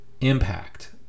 impact